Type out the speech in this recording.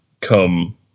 come